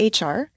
HR